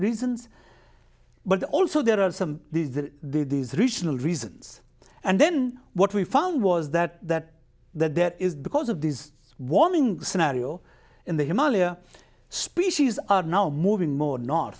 reasons but also there are some these regional reasons and then what we found was that that that there is the cause of these warming scenario in the amalia species are now moving more no